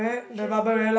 she has been